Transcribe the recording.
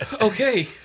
Okay